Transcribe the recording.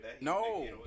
No